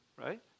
right